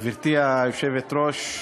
גברתי היושבת-ראש,